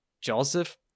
Joseph